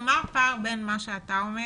מה הפער בין מה שאתה אומר